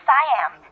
Siam